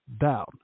down